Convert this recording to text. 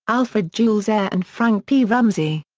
alfred jules ayer and frank p. ramsey.